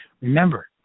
Remember